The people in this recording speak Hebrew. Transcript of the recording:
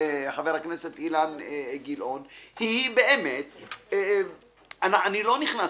חבר הכנסת אילן גילאון אני לא נכנס,